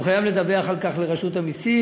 הוא חייב לדווח על כך לרשות המסים.